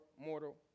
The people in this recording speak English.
mortal